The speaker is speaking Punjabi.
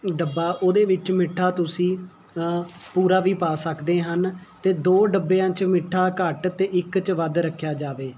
ਡੱਬਾ ਉਹਦੇ ਵਿੱਚ ਮਿੱਠਾ ਤੁਸੀਂ ਪੂਰਾ ਵੀ ਪਾ ਸਕਦੇ ਹਨ ਅਤੇ ਦੋ ਡੱਬਿਆਂ 'ਚ ਮਿੱਠਾ ਘੱਟ ਅਤੇ ਇੱਕ 'ਚ ਵੱਧ ਰੱਖਿਆ ਜਾਵੇ